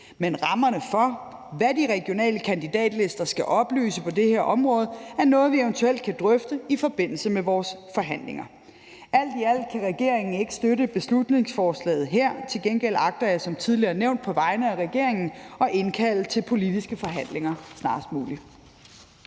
Men rammerne for, hvad de regionale kandidatlister skal oplyse på det her område, er noget, vi eventuelt kan drøfte i forbindelse med vores forhandlinger. Alt i alt kan regeringen ikke støtte beslutningsforslaget her. Til gengæld agter jeg som tidligere nævnt på vegne af regeringen at indkalde til politiske forhandlinger snarest muligt.